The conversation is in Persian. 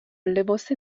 لباس